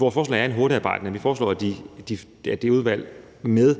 Vores forslag er et hurtigtarbejdende udvalg med